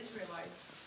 Israelites